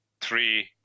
three